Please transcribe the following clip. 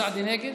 ינון אזולאי?